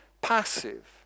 passive